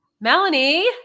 Melanie